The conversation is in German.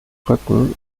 rücken